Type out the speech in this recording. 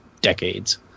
decades